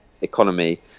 economy